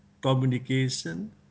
communication